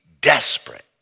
desperate